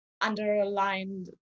underlined